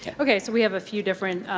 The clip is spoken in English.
yeah okay, so we have a few different